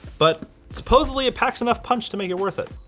but supposedly it packs enough punch to make it worth it.